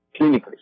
clinically